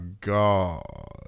god